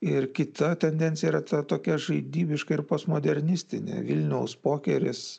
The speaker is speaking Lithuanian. ir kita tendencija reta tokia žaidybiška ir postmodernistinė vilniaus pokeris